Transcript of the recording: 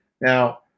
Now